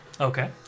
Okay